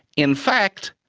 in fact,